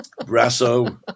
Brasso